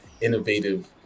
innovative